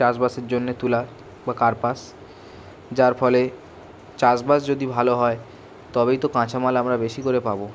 চাষবাসের জন্য তুলা বা কার্পাস যার ফলে চাষবাস যদি ভালো হয় তবেই তো কাঁচামাল আমরা বেশি করে পাব